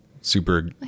super